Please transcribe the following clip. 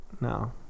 No